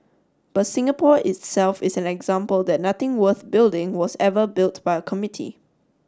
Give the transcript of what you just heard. but Singapore itself is an example that nothing worth building was ever built by a committee